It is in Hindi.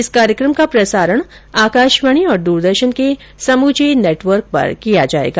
इस कार्यक्रम का प्रसारण आकाशवाणी और दूरदर्शन के समूचे नेटवर्क पर किया जाएगा